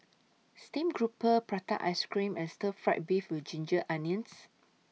Steamed Grouper Prata Ice Cream and Stir Fry Beef with Ginger Onions